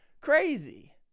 crazy